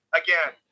again